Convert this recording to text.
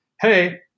hey